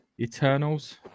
eternals